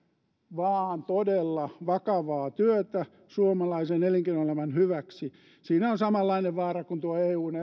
vaan todella vakavaa työtä suomalaisen elinkeinoelämän hyväksi siinä on samanlainen vaara kuin tuossa eun